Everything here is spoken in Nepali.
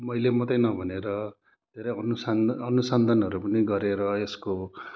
मैले मात्रै नभनेर धेरै अनुसन् अनुसन्धान गरेर यसको